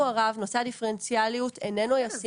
הרב נושא הדיפרנציאליות איננו ישים.